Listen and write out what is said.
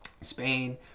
spain